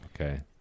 Okay